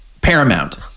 paramount